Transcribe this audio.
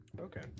Okay